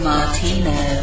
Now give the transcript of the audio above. Martino